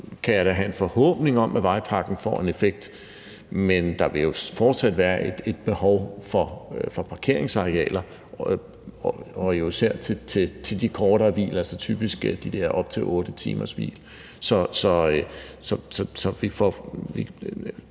kan jeg da have en forhåbning om, at vejpakken får en effekt, men der vil jo fortsat være et behov for parkeringsarealer og jo især til de kortere hvil, altså typisk til de der hvil på op til